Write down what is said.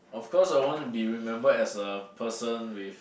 of course I want to be remembered as a person with